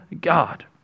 God